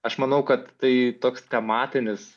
aš manau kad tai toks tematinis